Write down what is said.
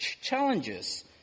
challenges